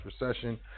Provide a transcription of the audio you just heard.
recession